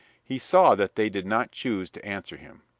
he saw that they did not choose to answer him.